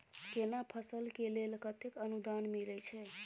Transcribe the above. केना फसल के लेल केतेक अनुदान मिलै छै?